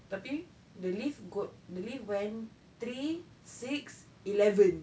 tapi the lift go~ the lift went three six eleven